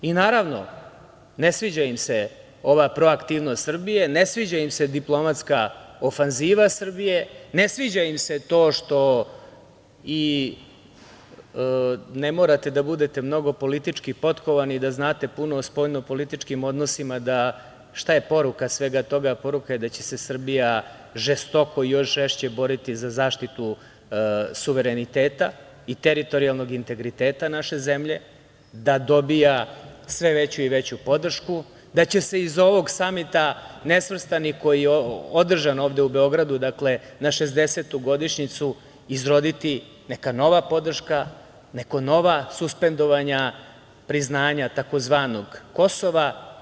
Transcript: Naravno, ne sviđa im se ova proaktivnost Srbije, ne sviđa im se diplomatska ofanziva Srbije, ne sviđa im se to što i ne morate da budete mnogo politički potkovani da znate puno o spoljnopolitičkim odnosima da znate šta je poruka svega toga, a poruka je da će se Srbija žestoko, još žešće boriti za zaštitu suvereniteta i teritorijalnog integriteta naše zemlje, da dobija sve veću i veću podršku, da će se iz ovog Samita nesvrstanih koji je održan ovde u Beogradu, na 60. godišnjicu izroditi neka nova podrška, neka nova suspendovanja priznanja tzv. Kosova.